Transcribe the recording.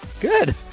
Good